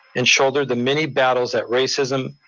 and shoulder the many battles that racism